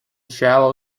shallow